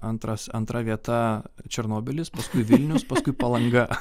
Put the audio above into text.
antras antra vieta černobylis paskui vilnius paskui palanga